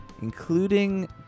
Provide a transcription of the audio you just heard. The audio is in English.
Including